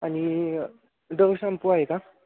आणि Dove shampoo आहे का